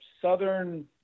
southern